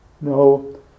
No